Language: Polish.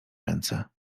ręce